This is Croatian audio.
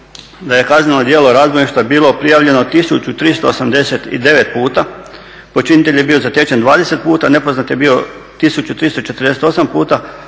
da je kazneno djelo razbojništva bilo prijavljeno 1389 puta, počinitelj je bio zatečen 20 puta, nepoznat je bio 1348 puta,